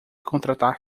contratar